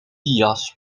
jas